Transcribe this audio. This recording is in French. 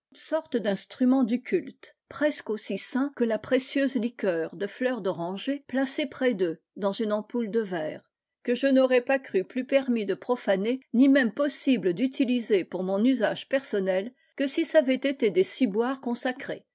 sortes d'instruments du culte presque aussi saints que la précieuse liqueur de fleur d'oranger placée très d'eux dans une ampoule de verre que je m'aurais pas cru plus permis de profaner ni même possible d'utiliser pour mon usage personnel que si ç'avaient été des ciboires consacrés